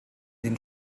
den